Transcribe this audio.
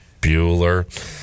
Bueller